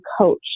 coach